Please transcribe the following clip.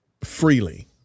freely